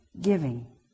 Giving